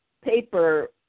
paper